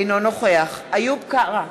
אינו נוכח איוב קרא,